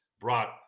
brought